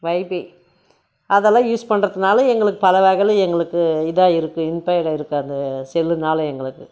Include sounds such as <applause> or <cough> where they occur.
wifi அதெல்லாம் use பண்றதுனால எங்களுக்கு பல வகையில எங்களுக்கு இதாக இருக்குது <unintelligible> இருக்குது அந்த செல்லுனால் எங்களுக்கு